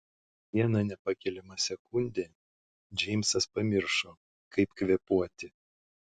vieną nepakeliamą sekundę džeimsas pamiršo kaip kvėpuoti